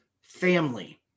family